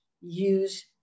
use